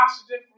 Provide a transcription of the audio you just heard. oxygen